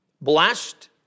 Blessed